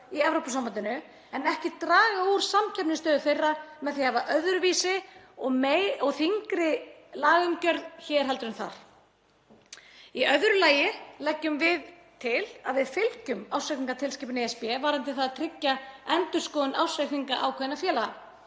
í Evrópusambandinu en ekki draga úr samkeppnisstöðu þeirra með því að hafa öðruvísi og þyngri lagaumgjörð hér en þar. Í öðru lagi leggjum við til að við fylgjum ársreikningatilskipun ESB varðandi það að tryggja endurskoðun ársreikninga ákveðinna félaga.